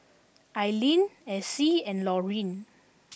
Ailene Alcee and Laurene